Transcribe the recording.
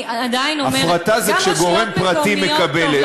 אני עדיין אומרת, הפרטה זה כשגורם פרטי מקבל.